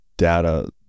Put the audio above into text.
data